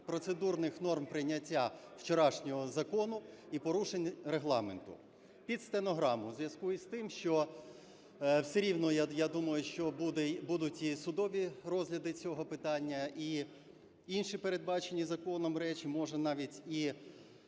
процедурних норм прийняття вчорашнього закону і порушень Регламенту. Під стенограму, в зв'язку із тим, що, все рівно, я думаю, що буде... будуть і судові розгляди цього питання, і інші, передбачені законом, речі, може, навіть і